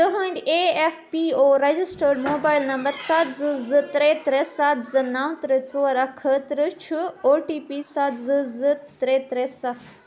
تُہٕنٛدۍ E F P O registered mobile number سَتھ زٕ زٕ ترٛےٚ ترٛےٚ سَتھ زٕ نَو ترٛےٚ ژور اکھ خٲطرٕ چھُ او ٹی پی سَتھ زٕ زٕ ترٛےٚ ترٛےٚ سَتھ